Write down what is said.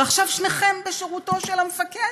ועכשיו שניכם בשירותו של המפקד,